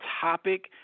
topic